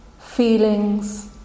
feelings